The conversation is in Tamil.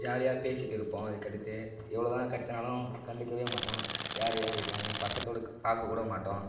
ஜாலியாக பேசிகிட்டு இருப்போம் அதுக்கு அடுத்து எவ்வளோ தான் கற்றினாலும் கண்டுக்கவே மாட்டோம் யார் யார் இருக்காங்கன்னு பக்கத்தில் கூட பார்க்க கூட மட்டோம்